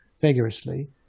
vigorously